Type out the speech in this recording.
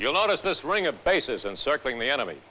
you'll notice this running a bases and circling the enemy